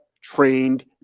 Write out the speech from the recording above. trained